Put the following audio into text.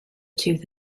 tooth